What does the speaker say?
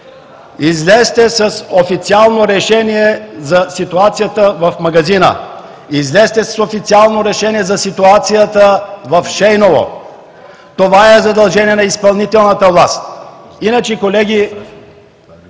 Излезте с официално решение за ситуацията в магазина! Излезте с официално решение за ситуацията в „Шейново“! Това е задължение на изпълнителната власт. Иначе, колеги,